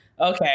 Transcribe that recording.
Okay